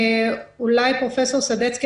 אולי פרופסור סדצקי,